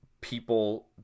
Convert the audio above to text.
people